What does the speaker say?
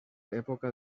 època